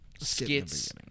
skits